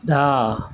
धा